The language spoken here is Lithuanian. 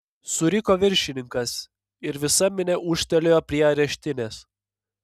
suriko viršininkas ir visa minia ūžtelėjo prie areštinės